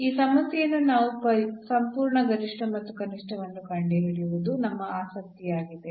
ಆದರೆ ಈ ಸಮಸ್ಯೆಯಲ್ಲಿ ನಾವು ಸಂಪೂರ್ಣ ಗರಿಷ್ಠ ಮತ್ತು ಕನಿಷ್ಠವನ್ನು ಕಂಡುಹಿಡಿಯುವುದು ನಮ್ಮ ಆಸಕ್ತಿಯಾಗಿದೆ